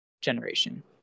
generation